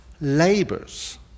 labors